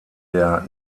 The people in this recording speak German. der